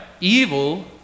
Evil